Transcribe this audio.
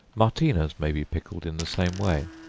martina's may be pickled in the same way,